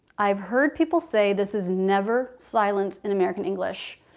i've heard people say this is never silent in american english.